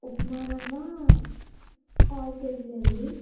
ఉప్మా రవ్వ పావు కేజీ అండి